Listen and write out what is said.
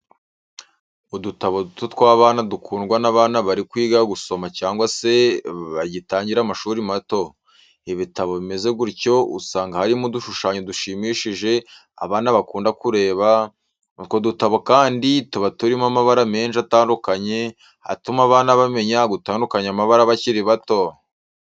Udutabo duto tw'abana dukundwa n'abana bari kwiga gusoma cyangwa se bagitangira amashuri mato. Ibitabo bimeze gutyo usanga harimo udushushanyo dushimishije abana bakunda kureba, utwo dutabo kandi tuba turimo amabara menshi atandukanye atuma abana bamenya gutandukanya amabara bakiri bato.